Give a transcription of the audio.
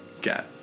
get